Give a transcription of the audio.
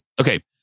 Okay